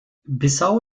bissau